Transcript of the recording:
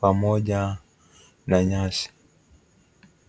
pamoja na nyasi.